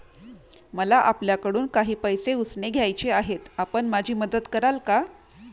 मला आपल्याकडून काही पैसे उसने घ्यायचे आहेत, आपण माझी मदत कराल का?